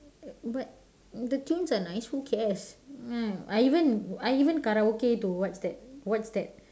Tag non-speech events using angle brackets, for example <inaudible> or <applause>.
but the tunes are nice who cares <noise> I even I even karaoke to what's that what's that